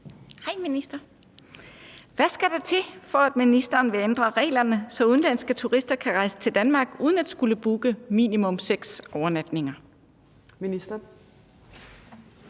Tørnæs (V)): Hvad skal der til, for at ministeren vil ændre reglerne, så udenlandske turister kan rejse til Danmark uden at skulle booke minimum seks overnatninger? Fjerde